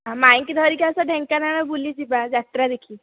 ଆଉ ମାଇଁଙ୍କୁ ଧରିକି ଆସ ଢେଙ୍କାନାଳ ବୁଲି ଯିବା ଯାତ୍ରା ଦେଖି